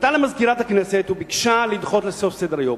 פנתה אל מזכירת הכנסת וביקשה לדחות לסוף סדר-היום.